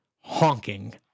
honking